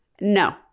No